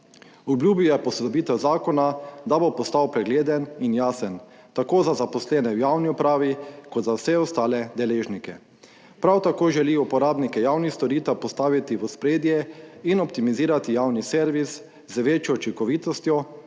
Obljubil je posodobitev zakona, da bo postal pregleden in jasen tako za zaposlene v javni upravi kot za vse ostale deležnike. Prav tako želi uporabnike javnih storitev postaviti v ospredje in optimizirati javni servis z večjo učinkovitostjo,